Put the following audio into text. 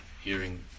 hearing